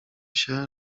się